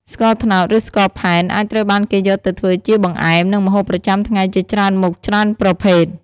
ស្ករត្នោត ឬស្ករផែនអាចត្រូវបានគេយកទៅធ្វើជាបង្អែម និងម្ហូបប្រចាំថ្ងៃជាច្រើនមុខ ច្រើនប្រភេទ។